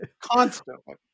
Constantly